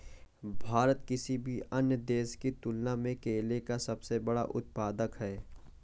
भारत किसी भी अन्य देश की तुलना में केले का सबसे बड़ा उत्पादक है